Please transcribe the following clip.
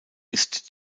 ist